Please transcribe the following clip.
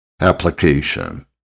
Application